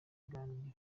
biganiro